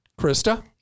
Krista